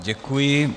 Děkuji.